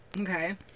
Okay